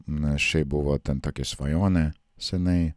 na šiaip buvo ten tokia svajonė senai